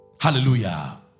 hallelujah